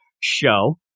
show